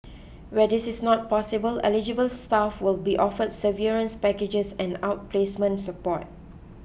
where this is not possible eligible staff will be offered severance packages and outplacement support